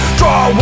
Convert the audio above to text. draw